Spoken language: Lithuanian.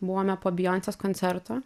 buvome po bijoncės koncerto